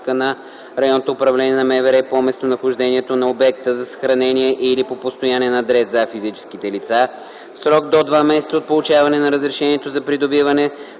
началника на РУ на МВР по местонахождението на обекта за съхранение, или по постоянен адрес – за физическите лица, в срок до два месеца от получаването на разрешението за придобиване